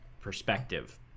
perspective